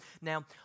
Now